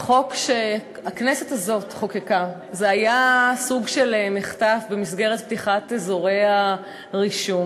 החוק שהכנסת הזאת חוקקה היה סוג של מחטף במסגרת פתיחת אזורי הרישום,